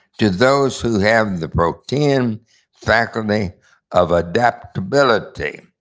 to those who have the protean faculty of adaptability,